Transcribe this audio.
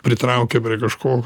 pritraukia prie kažko